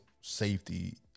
safety